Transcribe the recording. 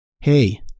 Hey